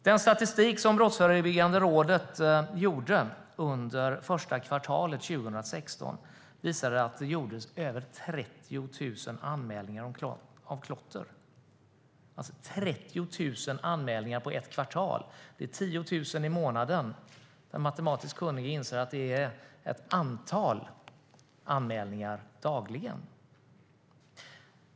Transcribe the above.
Den statistik som Brottsförebyggande rådet presenterade under första kvartalet 2016 visade att det gjordes över 30 000 anmälningar om klotter - 30 000 anmälningar på ett kvartal är 10 000 i månaden! Den matematiskt kunnige inser att det innebär ett antal anmälningar dagligen.